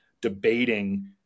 debating